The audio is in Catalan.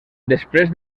després